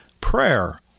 prayer